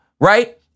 right